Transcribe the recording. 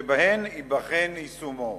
שבהן ייבחן יישומו.